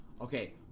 Okay